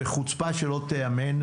בחוצפה שלא תיאמן,